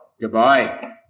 Goodbye